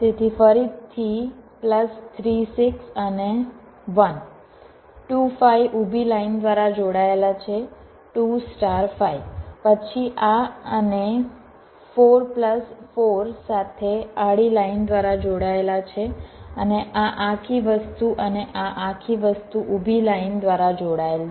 તેથી ફરીથી પ્લસ 3 6 અને 1 2 5 ઊભી લાઇન દ્વારા જોડાયેલ છે 2 સ્ટાર 5 પછી આ અને 4 પ્લસ 4 સાથે આડી લાઇન દ્વારા જોડાયેલા છે અને આ આખી વસ્તુ અને આ આખી વસ્તુ ઊભી લાઇન દ્વારા જોડાયેલ છે